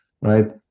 right